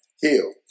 heal